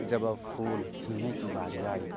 جب اب پھول کھلنے کی باری آئی